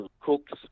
cooks